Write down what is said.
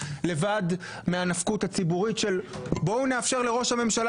לבד מהנפקות הציבורית של בואו נאפשר לראש הממשלה